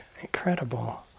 incredible